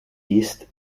east